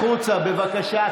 החוצה, בבקשה.